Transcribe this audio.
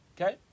Okay